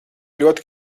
ļoti